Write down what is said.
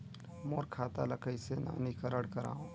मोर खाता ल कइसे नवीनीकरण कराओ?